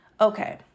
Okay